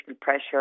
pressure